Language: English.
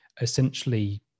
essentially